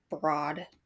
broad